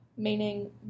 meaning